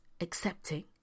accepting